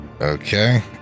Okay